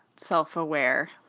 self-aware